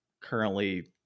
currently